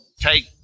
take